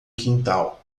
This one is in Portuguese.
quintal